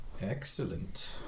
Excellent